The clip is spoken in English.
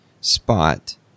spot